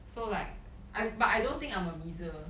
so like I but I don't think I'm a miser